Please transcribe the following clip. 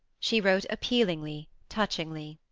she wrote appealingly, touchingly.